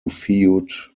feud